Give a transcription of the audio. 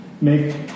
make